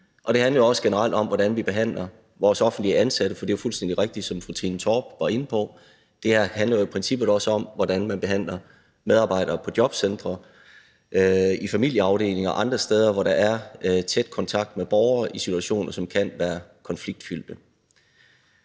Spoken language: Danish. det handler jo også generelt om, hvordan vi behandler vores offentligt ansatte. For det er jo fuldstændig rigtigt, som fru Trine Torp var inde på: Det her handler jo i princippet også om, hvordan man behandler medarbejdere på jobcentre, i familieafdelinger og andre steder, hvor der er tæt kontakt med borgere i situationer, som kan være konfliktfyldte.